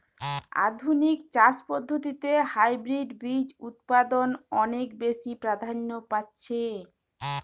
আধুনিক চাষ পদ্ধতিতে হাইব্রিড বীজ উৎপাদন অনেক বেশী প্রাধান্য পাচ্ছে